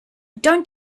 don’t